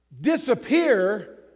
disappear